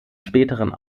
späteren